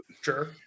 Sure